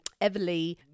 Everly